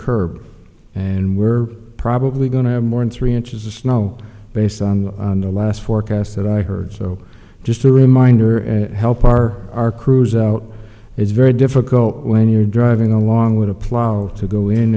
curb and we're probably going to have more in three inches of snow based on the last forecast that i heard so just a reminder and help our our crews out it's very difficult when you're driving along with a plow to go in